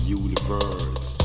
universe